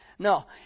No